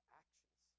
actions